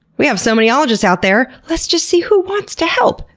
we have so many ologists out there. let's just see who wants to help!